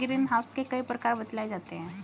green house के कई प्रकार बतलाए जाते हैं